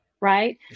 right